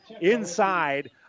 inside